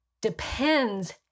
depends